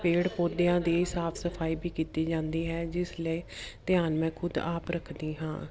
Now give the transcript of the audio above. ਪੇੜ ਪੌਦਿਆਂ ਦੀ ਸਾਫ ਸਫਾਈ ਵੀ ਕੀਤੀ ਜਾਂਦੀ ਹੈ ਜਿਸ ਲਈ ਧਿਆਨ ਮੈਂ ਖੁਦ ਆਪ ਰੱਖਦੀ ਹਾਂ